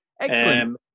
excellent